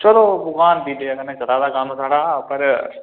चलो भगोआन दी दया कन्नै चला दा कम्म साढ़ा पर